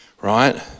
right